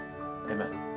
amen